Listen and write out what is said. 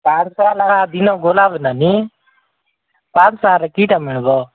ପାଞ୍ଚଶହ ଟଙ୍କା ଲେଖା ଦିନ ନାନୀ ପାଞ୍ଚଶହ ଟଙ୍କାରେ କିଟା ମିଳିବ